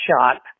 shot